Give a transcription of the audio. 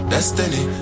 Destiny